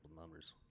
numbers